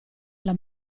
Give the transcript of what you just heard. alla